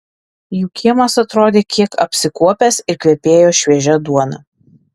jų kiemas atrodė kiek apsikuopęs ir kvepėjo šviežia duona